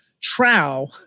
Trow